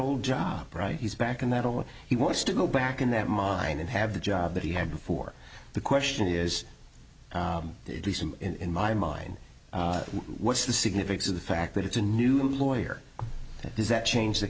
old job right he's back in that only he wants to go back in that mine and have the job that he had before the question is decent in my mind what's the significance of the fact that it's a new lawyer and does that change the